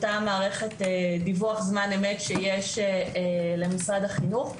אותה מערכת דיווח זמן אמת שיש למשרד החינוך,